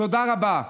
תודה רבה.